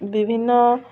ବିଭିନ୍ନ